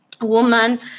woman